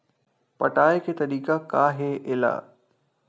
पटाय के तरीका का हे एला?